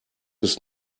ist